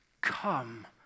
come